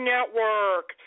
Network